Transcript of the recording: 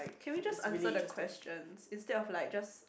can we just answer the questions instead of like just